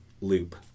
loop